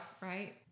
right